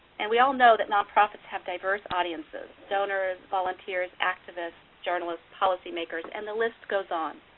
and we all know that nonprofits have diverse audiences, donors, volunteers, activists, journalists, policymakers, and the list goes on.